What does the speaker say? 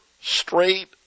straight